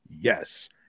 Yes